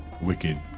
wicked